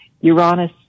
Uranus